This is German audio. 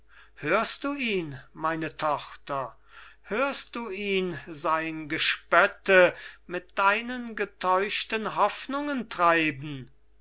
hörst du ihn meine tochter hörst du ihn sein gespötte mit deinen getäuschten hoffnungen treiben